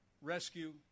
rescue